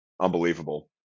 unbelievable